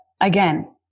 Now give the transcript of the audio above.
again